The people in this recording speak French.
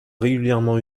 régulièrement